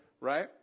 right